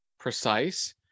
Precise